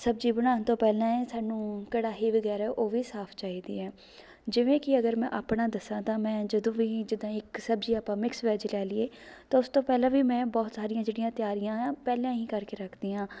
ਸਬਜ਼ੀ ਬਣਾਉਣ ਤੋਂ ਪਹਿਲਾਂ ਇਹ ਸਾਨੂੰ ਕੜਾਹੀ ਵਗੈਰਾ ਉਹ ਵੀ ਸਾਫ਼ ਚਾਹੀਦੀ ਹੈ ਜਿਵੇਂ ਕਿ ਅਗਰ ਮੈਂ ਆਪਣਾ ਦੱਸਾਂ ਤਾਂ ਮੈਂ ਜਦੋਂ ਵੀ ਜਿੱਦਾਂ ਇੱਕ ਸਬਜ਼ੀ ਆਪਾਂ ਮਿਕਸ ਵੈਜ ਲੈ ਲਈਏ ਤਾਂ ਉਸ ਤੋਂ ਪਹਿਲਾਂ ਵੀ ਮੈਂ ਬਹੁਤ ਸਾਰੀਆਂ ਜਿਹੜੀਆਂ ਤਿਆਰੀਆਂ ਹੈ ਪਹਿਲਾਂ ਹੀ ਕਰਕੇ ਰੱਖਦੀ ਹਾਂ